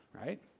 right